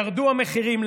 ירדו המחירים.